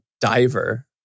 diver